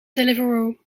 deliveroo